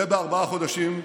זה בארבעה חודשים,